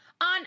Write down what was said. on